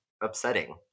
upsetting